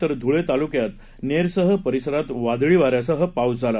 तर धुळे तालुक्यात नेरसह परिसरात वादळी वाऱ्यासह पाऊस झाला